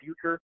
future